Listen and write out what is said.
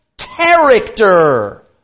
character